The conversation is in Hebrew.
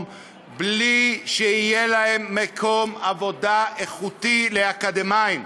בלי שיהיה שם מקום עבודה איכותי לאקדמאים.